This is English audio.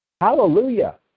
Hallelujah